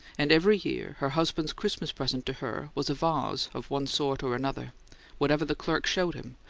and every year her husband's christmas present to her was a vase of one sort or another whatever the clerk showed him,